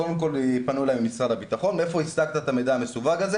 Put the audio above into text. קודם כל פנו אלי ממשרד הבטחון 'מאיפה השגת את המידע המסווג הזה,